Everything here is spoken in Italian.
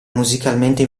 musicalmente